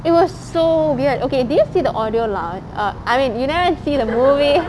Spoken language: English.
it was so weird okay do you see the audio lot ah I mean you never even see the movie